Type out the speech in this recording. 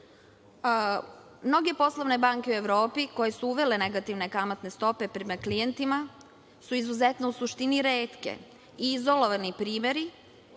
poslovne banke u Evropi koje su uvele negativne kamatne stope prema klijentima su izuzetno retke, to su izolovani primeri,